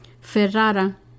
Ferrara